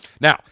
Now